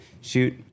shoot